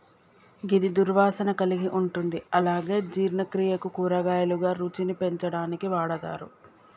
గిది దుర్వాసన కలిగి ఉంటుంది అలాగే జీర్ణక్రియకు, కూరగాయలుగా, రుచిని పెంచడానికి వాడతరు